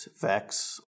VEX